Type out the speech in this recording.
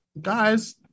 guys